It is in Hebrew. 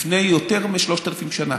לפני יותר מ-3,000 שנה.